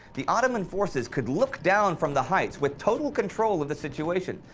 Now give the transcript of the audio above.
the ottoman forces could look down from the heights with total control of the situation,